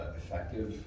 effective